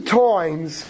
times